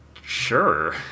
sure